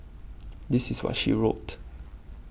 this is what she wrote